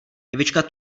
evička